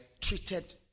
treated